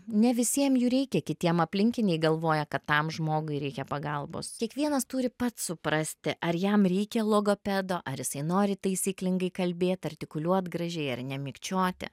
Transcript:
ne visiem jų reikia kitiem aplinkiniai galvoja kad tam žmogui reikia pagalbos kiekvienas turi pats suprasti ar jam reikia logopedo ar jisai nori taisyklingai kalbėt artikuliuot gražiai ar nemikčioti